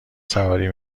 سواری